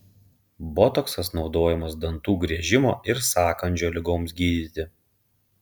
botoksas naudojamas dantų griežimo ir sąkandžio ligoms gydyti